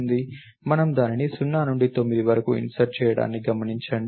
మనం దానిని 0 నుండి 9 వరకు ఇన్సర్ట్ చేయడాన్ని గమనించండి